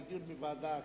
לדיון בוועדה?